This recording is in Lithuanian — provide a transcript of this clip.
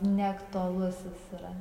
neaktualus jis yra